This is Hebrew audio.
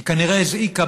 היא כנראה הזעיקה,